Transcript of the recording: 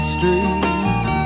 Street